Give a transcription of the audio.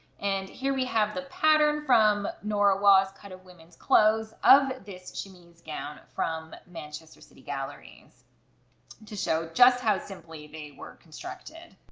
and here we have the pattern from nora waugh's cut of women's clothes of this chemise gown from manchester city galleries to show just how simply they were constructed